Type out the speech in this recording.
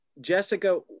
Jessica